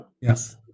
yes